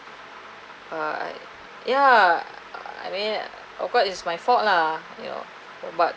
uh ya I mean of course it's my fault lah you know but